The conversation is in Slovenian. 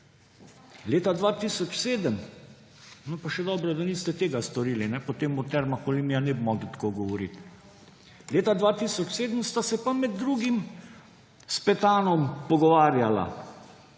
leta 2007 – pa še dobro, da niste tega storili, potem o Termah Olimia ne bi mogli tako govoriti – sta se pa med drugim s Petanom pogovarjala